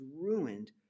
ruined